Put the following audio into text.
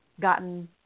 gotten